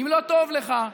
אם לא טוב לך,